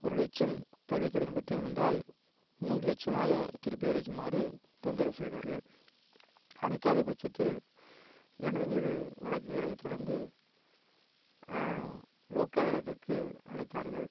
ஒரு லட்சம் கல்விக் கடன் பெற்றோம் என்றால் மூன்று லட்சமாக திருப்பி அளிக்குமாறு தொந்தரவு செய்தார்கள் அடைக்காத பட்சத்தில் எனது மீது வழக்குகளை தொடர்ந்து லோ அழைத்தார்கள்